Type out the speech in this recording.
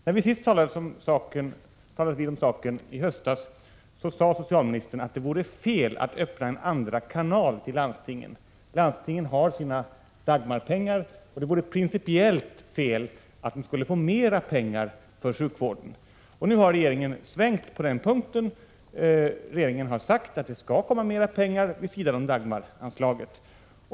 När vi i höstas sist talades vid om saken sade socialministern att det vore fel att öppna en andra kanal till landstingen. Landstingen har sina Dagmarpengar, och det skulle vara principiellt felaktigt om landstingen finge mer pengar för sjukvården. Nu har regeringen svängt på denna punkt och sagt att det skall komma mer pengar vid sidan av Dagmaranslaget.